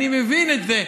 אני מבין את זה.